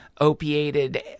opiated